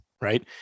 right